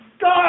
God